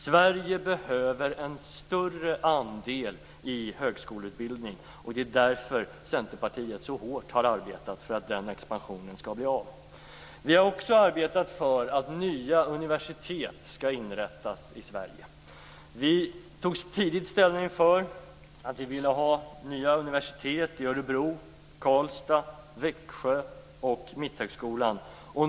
Sverige behöver en större andel personer i högskoleutbildning, och det är därför Centerpartiet så hårt har arbetat för att den expansionen skall bli av. Vi har också arbetat för att nya universitet skall inrättas i Sverige. Vi tog tidigt ställning för nya universitet i Örebro, Karlstad och Växjö samt Mitthögskolan.